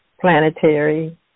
planetary